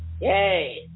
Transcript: Yay